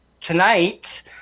tonight